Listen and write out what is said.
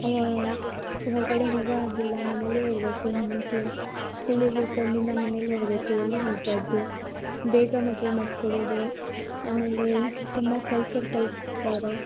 ಅವಾ ಹೊರಗಡೆ ಹೋಗೋ ಹಾಗಿಲ್ಲ ಮನೇಯಲೇ ಇರಬೇಕು ಹೆಣ್ಮಕ್ಕಳು ಸ್ಕೂಲಿಗೆ ಹೋಗಿ ಬಂದಿಂದು ಮನೇಯಲೆ ಇರಬೇಕು ಎಲ್ಲು ಹೋಗಬಾರ್ದು ಬೇಗ ಮದುವೆ ಮಾಡಿಕೊಡೋದು ಆಮೇಲೆ ತುಂಬ ಕಲ್ಚರ್ ಕಲಿಸ್ತಾರೆ